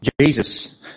Jesus